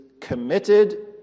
committed